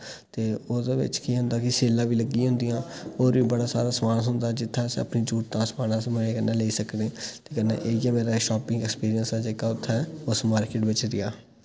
ते ओह्दे बिच्च केह् होंदा कि सेलां बी लग्गी होन्दियां होर बी बड़ा सारा समान थ्होंदा जित्थें अस अपनी जरूरत दा समान अस मजे कन्नै लेई सकने ते कन्नै इयै मेरा शाप्पिंग ऐक्सपीरियंस ऐ जेह्का उत्थें उस मार्किट बिच्च रेहा